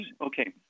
Okay